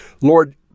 Lord